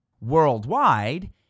Worldwide